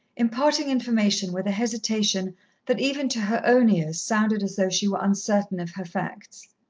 imparting information with a hesitation that even to her own ears sounded as though she were uncertain of her facts.